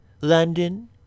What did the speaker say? London